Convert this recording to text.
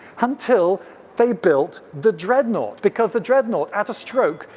until they built the dreadnought. because the dreadnought, at a stroke,